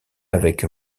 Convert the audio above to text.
avec